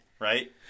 right